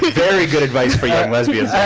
very good advice for young lesbians that